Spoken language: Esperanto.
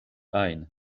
ajn